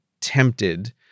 tempted